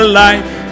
life